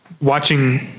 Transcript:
watching